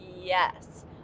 Yes